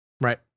Right